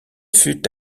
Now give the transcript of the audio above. fut